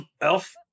elf